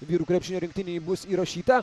vyrų krepšinio rinktinei bus įrašyta